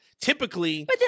Typically